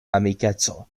amikeco